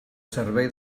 servei